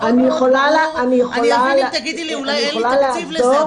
אני אבין אם תגידי לי אולי אין לי תקציב לזה,